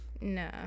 No